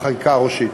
בחקיקה הראשית.